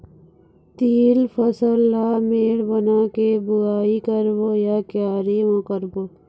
तील फसल ला मेड़ बना के बुआई करबो या क्यारी म करबो?